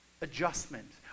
adjustment